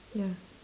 ya